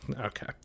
Okay